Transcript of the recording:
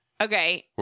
Okay